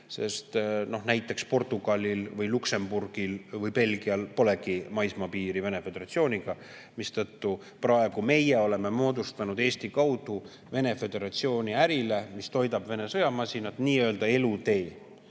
sest näiteks Portugalil, Luksemburgil või Belgial polegi maismaapiiri Vene föderatsiooniga. Seetõttu meie oleme praegu moodustanud Eesti kaudu Vene föderatsiooni ärile, mis toidab Vene sõjamasinat, nii‑öelda elutee.